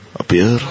appear